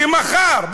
ומחר,